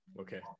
Okay